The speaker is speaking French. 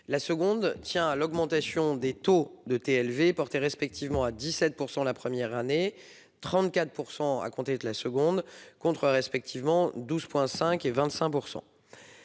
La seconde a pour objet l'augmentation des taux de TLV, portés respectivement à 17 % la première année et à 34 % à compter de la deuxième, contre respectivement 12,5 % et 25 %.